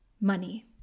money